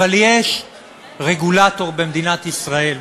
אבל יש רגולטור במדינת ישראל,